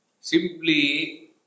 simply